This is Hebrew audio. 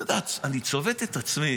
אתם יודעים, אני צובט את עצמי,